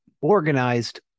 organized